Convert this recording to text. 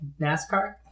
NASCAR